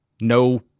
No